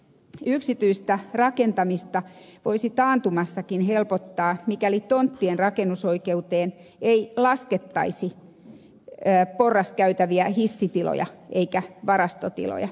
yksityistä rakentamista voisi taantumassakin helpottaa mikäli tonttien rakennusoikeuteen ei laskettaisi porraskäytäviä hissitiloja eikä varastotiloja